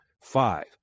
Five